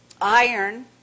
Iron